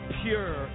pure